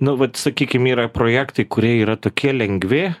nu vat sakykim yra projektai kurie yra tokie lengvi